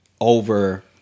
over